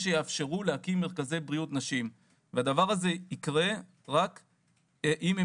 שיוכלו להקים מרכזי בריאות לנשים והדבר הזה יקרה רק אם הם